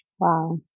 Wow